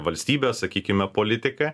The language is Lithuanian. valstybės sakykime politika